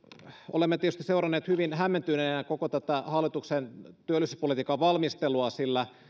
olemme tietysti seuranneet hyvin hämmentyneinä koko tätä hallituksen työllisyyspolitiikan valmistelua sillä